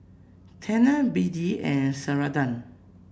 Tena B D and Ceradan